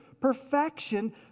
perfection